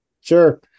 Sure